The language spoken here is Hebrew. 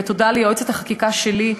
ותודה ליועצת החקיקה שלי,